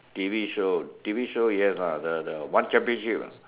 T_V show T_V show yes lah the the one championship ah